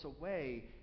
away